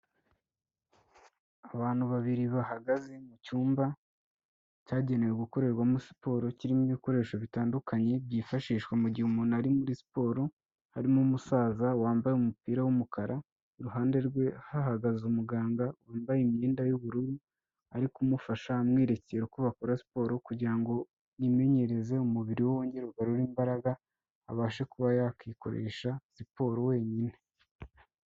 Abantu babiri bahagaze mu cyumba cyagenewe gukorerwamo siporo kirimo ibikoresho bitandukanye byifashishwa mu gihe umuntu ari muri siporo, harimo umusaza wambaye umupira w'umukara, iruhande rwe hahagaze umuganga wambaye imyenda y'ubururu ari kumufasha amwerekera uko bakora siporo kugira ngo yimenyereze, umubiri wongere ugarure imbaraga, abashe kuba yakikoresha siporo wenyine.